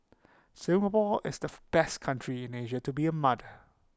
Singapore is the best country in Asia to be A mother